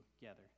together